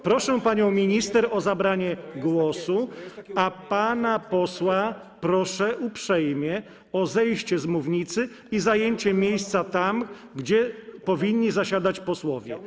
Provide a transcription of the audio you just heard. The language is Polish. Proszę panią minister o zabranie głosu, a pana posła proszę uprzejmie o zejście z mównicy i zajęcie miejsca tam, gdzie powinni zasiadać posłowie.